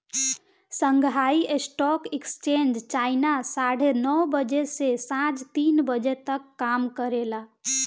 Shanghai stock exchange China साढ़े नौ बजे से सांझ तीन बजे तक काम करेला